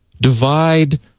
divide